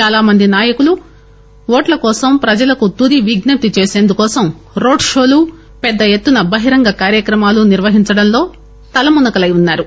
చాలా మంది నాయకులు ఓట్ల కోసం ప్రజలకు తుది విజ్ఞప్తి చేసేందుకోసం రోడ్డు షోలు పెద్ద ఎత్తున బహిరంగ కార్యక్రమాలు నిర్వహించడంలో తలమునకలై ఉన్నారు